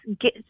get